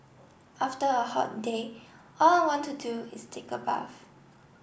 after a hot day all I want to do is take a bath